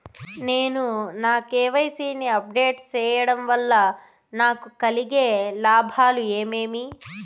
నేను నా కె.వై.సి ని అప్ డేట్ సేయడం వల్ల నాకు కలిగే లాభాలు ఏమేమీ?